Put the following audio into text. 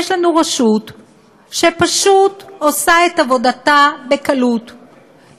יש לנו רשות שפשוט עושה את עבודתה בקלות,